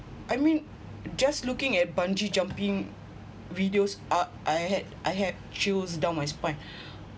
I mean just looking at bungee jumping videos I I had I had chills down my spine